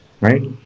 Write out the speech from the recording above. Right